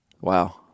Wow